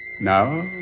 Now